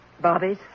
Bobby's